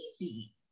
easy